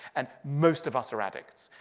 and most of us are addicts.